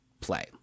play